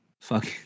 fuck